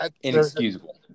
inexcusable